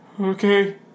Okay